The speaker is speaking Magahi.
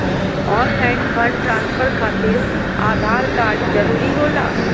ऑनलाइन फंड ट्रांसफर खातिर आधार कार्ड जरूरी होला?